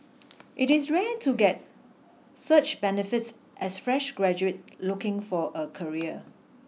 it is rare to get such benefits as fresh graduate looking for a career